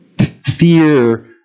fear